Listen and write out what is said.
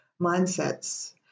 mindsets